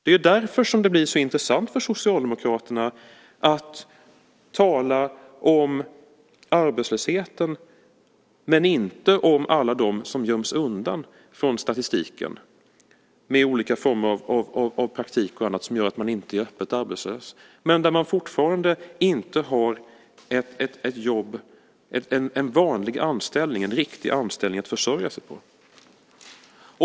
Det är därför som det blir så intressant för Socialdemokraterna att tala om arbetslösheten men inte om alla dem som göms undan från statistiken genom olika former av praktik och annat som gör att man inte är öppet arbetslös men fortfarande inte har ett jobb, en vanlig, riktig anställning att försörja sig på.